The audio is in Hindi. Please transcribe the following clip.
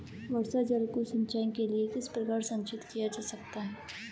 वर्षा जल को सिंचाई के लिए किस प्रकार संचित किया जा सकता है?